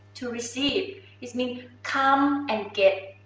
to receive. is mean come and get.